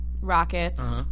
Rockets